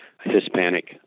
Hispanic